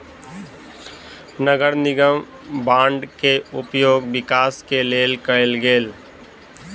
नगर निगम बांड के उपयोग विकास के लेल कएल गेल